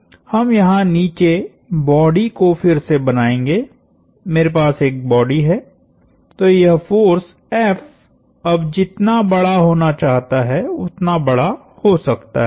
तो हम यहाँ नीचे बॉडी को फिर से बनाएंगे मेरे पास एक बॉडी है तो यह फोर्स F अब जितना बड़ा होना चाहता है उतना बड़ा हो सकता है